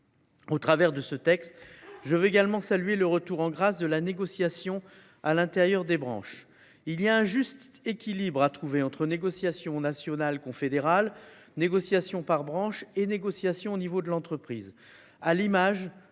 Au travers de ce texte, je veux également saluer le retour en grâce de la négociation au sein des branches. Un juste équilibre est à trouver entre négociations nationales et confédérales, négociations par branche et négociations au niveau de l’entreprise,